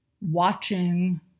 watching